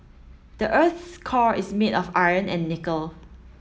the earth's core is made of iron and nickel